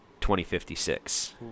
2056